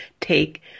take